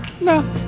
no